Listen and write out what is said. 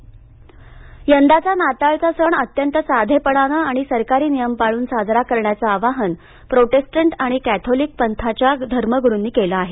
नाताळ साधेपणाने यंदाचा नाताळचा सण अत्यंत साधेपणानं आणि सरकारी नियम पाळून साजरा करण्याचं आवाहन प्रोटेस्टंट आणि कॅथोलिक पथांच्या धर्मगुरूनी केलं आहे